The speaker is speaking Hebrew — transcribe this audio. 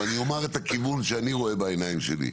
אבל אני אומר את הכיוון שאני רואה בעיניים שלי,